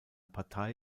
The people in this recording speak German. partei